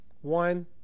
One